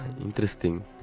Interesting